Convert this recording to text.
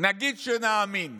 נגיד שנאמין,